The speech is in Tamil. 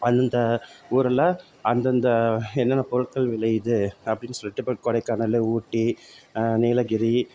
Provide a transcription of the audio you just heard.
அந்த ஊரில் அந்தந்த என்னென்ன பொருட்கள் விளையுது அப்படின் சொல்லிட்டு இப்போ ஒரு கொடைக்கானலு ஊட்டி நீலகிரி